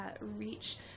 reach